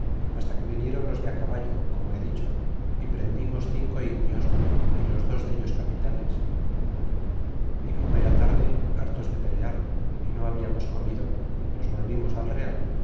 hasta que viniéron los de caballo como he dicho é prendimos cinco indios é los dos dellos capitanes y como era tarde hartos de pelear y no hablamos comido nos volvimos al real